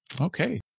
Okay